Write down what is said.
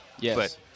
Yes